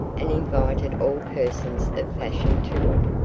and invited all persons of fashion to it.